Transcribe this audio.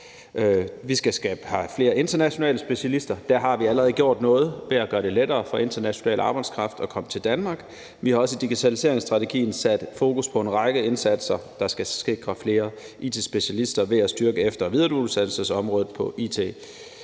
Vi skal have flere internationale specialister. Der har vi allerede gjort noget ved at gøre det lettere for international arbejdskraft at komme til Danmark. Vi har også i digitaliseringsstrategien sat fokus på en række indsatser, der skal sikre flere it-specialister ved at styrke efter- og videreuddannelsesområdet på